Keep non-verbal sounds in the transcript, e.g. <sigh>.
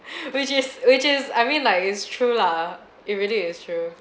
<breath> which is which is I mean like it's true lah it really is true